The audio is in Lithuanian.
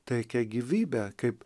teikia gyvybę kaip